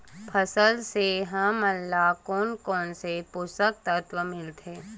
फसल से हमन ला कोन कोन से पोषक तत्व मिलथे?